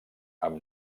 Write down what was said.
amb